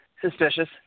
suspicious